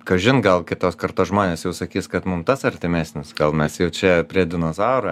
kažin gal kitos kartos žmonės jau sakys kad mum tas artimesnis gal mes jau čia prie dinozaurų